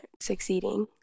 succeeding